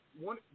one